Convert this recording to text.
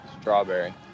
Strawberry